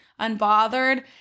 unbothered